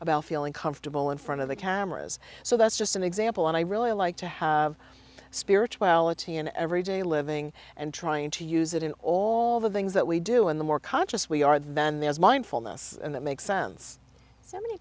about feeling comfortable in front of the cameras so that's just an example and i really like to have spirituality in everyday living and trying to use it in all the things that we do and the more conscious we are then there's mindfulness and that makes sense so many